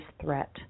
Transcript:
threat